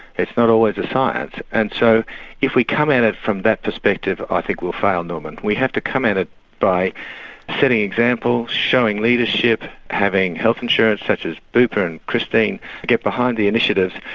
it's not always a science and so if we come at it from that perspective i think we'll fail norman. we have to come at it by setting examples, showing leadership, having health insurance such as bupa and christine get behind the initiative,